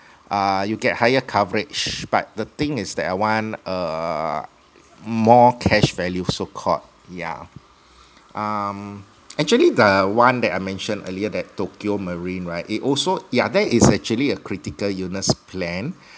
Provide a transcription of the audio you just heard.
uh you get higher coverage but the thing is that I want err more cash value so called yeah um actually the one that I mentioned earlier that tokio marine right it also yeah that is actually a critical illness plan